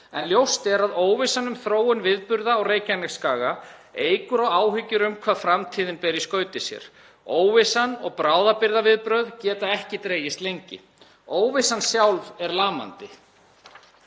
en ljóst er að óvissan um þróun viðburða á Reykjanesskaga eykur á áhyggjur um hvað framtíðin ber í skauti sér. Óvissan og bráðabirgðaviðbrögð geta ekki dregist lengi. Óvissan sjálf er lamandi.